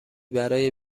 برای